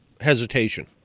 hesitation